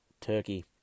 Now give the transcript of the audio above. Turkey